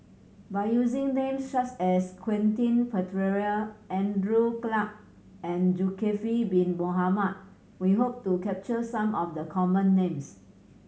by using names such as Quentin Pereira Andrew Clarke and Zulkifli Bin Mohamed we hope to capture some of the common names